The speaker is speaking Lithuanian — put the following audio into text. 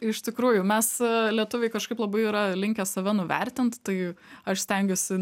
iš tikrųjų mes lietuviai kažkaip labai yra linkę save nuvertint tai aš stengiuosi